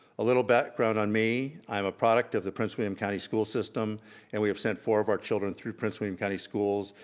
a little background on me. i'm a product of the prince william county school system and we have sent four of our children through prince william county schools,